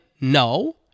No